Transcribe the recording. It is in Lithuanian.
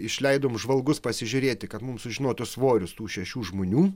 išleidom žvalgus pasižiūrėti kad mums sužinotų svoris tų šešių žmonių